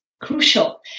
crucial